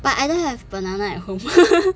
but I don't have banana at home